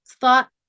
thought